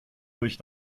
durch